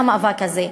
מהמאבק הזה.